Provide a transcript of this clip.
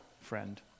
friend